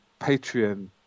Patreon